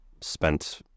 spent